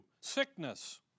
sickness